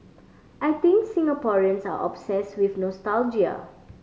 I think Singaporeans are obsess with nostalgia